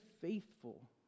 faithful